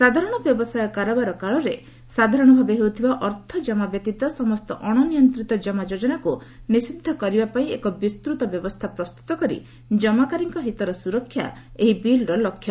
ସାଧାରଣ ବ୍ୟବସାୟ କାରବାର କାଳରେ ସାଧାରଣ ଭାବେ ହେଉଥିବା ଅର୍ଥ ଜମା ବ୍ୟତୀତ ସମସ୍ତ ଅଶନିୟନ୍ତ୍ରିତ ଜମା ଯୋଜନାକୁ ନିଷିଦ୍ଧ କରିବା ପାଇଁ ଏକ ବିସ୍ତୃତ ବ୍ୟବସ୍ଥା ପ୍ରସ୍ତୁତ କରି ଜମାକାରୀଙ୍କ ହିତର ସୁରକ୍ଷା ଏହି ବିଲ୍ର ଲକ୍ଷ୍ୟ